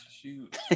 Shoot